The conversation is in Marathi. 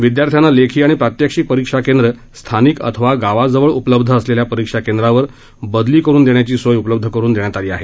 विद्यार्थ्यांना लेखी आणि प्रात्यक्षिक परीक्षाकेंद्र स्थानिक अथवा गावाजवळ उपलब्ध असलेल्या परीक्षाकेंद्रावर बदली करून देण्याची सोय उपलब्ध करून देण्यात आली आहे